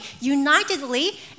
unitedly